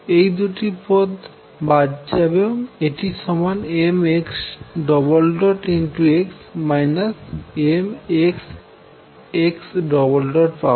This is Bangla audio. এই দুটি পদ বাদ যাবে এবং এটি সমান mxx mxx পাবো